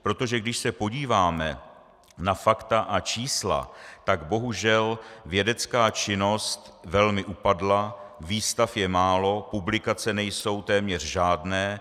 Protože když se podíváme na fakta a čísla, tak bohužel vědecká činnost velmi upadla, výstav je málo, publikace nejsou téměř žádné.